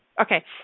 Okay